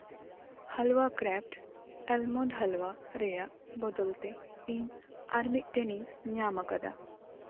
ᱦᱟᱞᱣᱟ craft almond halwa ᱨᱮᱭᱟᱜ ᱵᱚᱫᱚᱞᱛᱮ ᱤᱧ ᱟᱨ ᱢᱤᱫᱴᱮᱱᱤᱧ ᱧᱟᱢ ᱟᱠᱟᱫᱟ